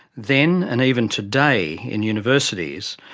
then, and even today, in universities,